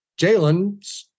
Jalen